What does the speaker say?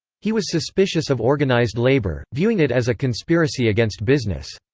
he was suspicious of organized labor, viewing it as a conspiracy against business.